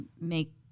make